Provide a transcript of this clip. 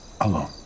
alone